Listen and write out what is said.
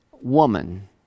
woman